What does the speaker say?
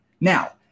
Now